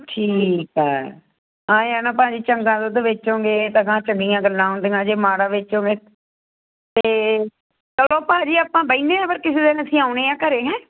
ਠੀਕ ਐ ਐਏ ਆ ਨਾ ਭਾਅ ਜੀ ਚੰਗਾ ਦੁੱਧ ਵੇਚੋਗੇ ਤਾ ਗਾਹਾਂ ਚੰਗੀਆਂ ਗੱਲਾਂ ਹੁੰਦੀਆਂ ਜੇ ਮਾੜਾ ਵੇਚੋਗੇ ਤੇ ਚਲੋ ਭਾਜੀ ਆਪਾਂ ਬਹਿਨੇ ਆਂ ਫਿਰ ਕਿਸੀ ਦਿਨ ਅਸੀਂ ਆਉਨੇ ਆ ਘਰੇ ਹੈਂ